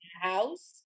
house